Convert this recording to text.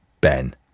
Ben